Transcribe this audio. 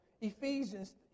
Ephesians